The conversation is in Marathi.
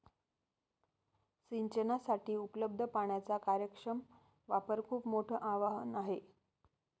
सिंचनासाठी उपलब्ध पाण्याचा कार्यक्षम वापर खूप मोठं आवाहन आहे